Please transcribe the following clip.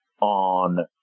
on